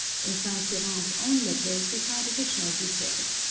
in saint-cyran's own letters we find additional details,